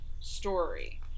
story